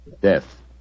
death